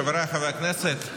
חבריי חברי הכנסת,